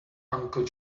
uncle